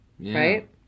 Right